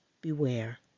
beware